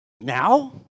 Now